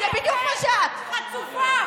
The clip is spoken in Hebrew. מה עשית עם הצ'קלקה?